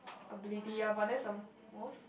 ability ah but that's a most